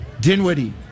Dinwiddie